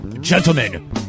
gentlemen